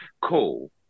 Cool